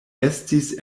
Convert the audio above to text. estis